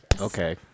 Okay